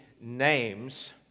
names